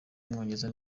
w’umwongereza